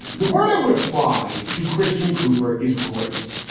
the word i would apply to christian cooper is grace.